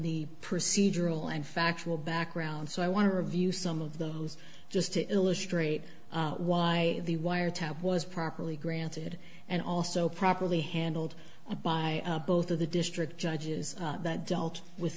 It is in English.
the procedural and factual background so i want to review some of those just to illustrate why the wiretap was properly granted and also properly handled by both of the district judges that dealt with